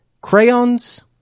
crayons